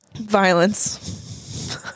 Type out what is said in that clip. Violence